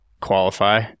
qualify